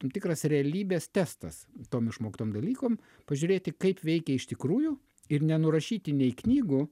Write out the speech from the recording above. tam tikras realybės testas tom išmoktom velykom pažiūrėti kaip veikia iš tikrųjų ir nenurašyti nei knygų